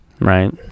right